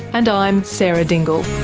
and i'm sarah dingle